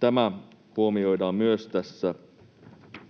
tämä huomioidaan myös tässä,